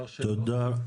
תודה.